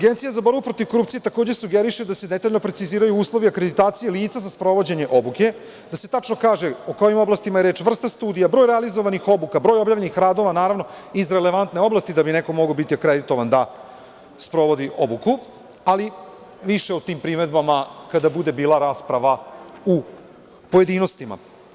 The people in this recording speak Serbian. Agencija za borbu protiv korupcije takođe sugeriše da se detaljno preciziraju uslovi akreditacije lica za sprovođenje obuke, da se tačno kaže o kojim oblastima je reč, vrsta studija, broj realizovanih obuka, broj objavljenih radova, naravno, iz relevantne oblasti da bi neko mogao biti akreditovan da sprovodi obuku, ali više o tim primedbama kada bude bila rasprava u pojedinostima.